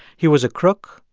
he was a crook,